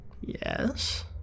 Yes